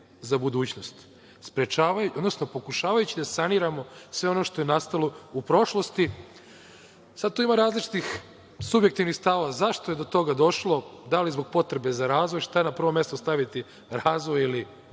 za budućnost, odnosno pokušavajući da saniramo sve ono što je nastalo u prošlosti. Sada tu ima različitih subjektivnih stavova zašto je to toga došlo, da li zbog potrebe za razvojem, šta na prvom mestu staviti – razvoj ili